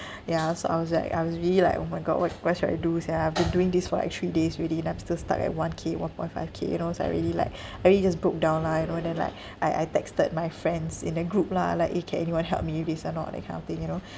ya so I was like I was really like oh my god what what should I do sia been doing this for like three days already and I'm still stuck at one K one point five K you know so I really like I really just broke down lah you know then like I I texted my friends in the group lah like eh can anyone help me with this or not that kind of thing you know